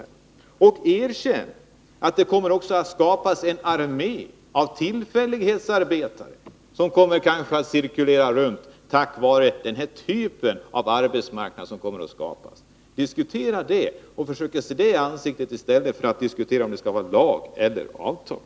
Erkänn att det också kommer att bli en armé av tillfällighetsarbetare som cirkulerar på grund av den typ av arbetsmarknad som kommer att skapas. Diskutera detta och försök se det problemet klart i stället för att diskutera om vi skall ha lag eller avtal!